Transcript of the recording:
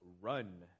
run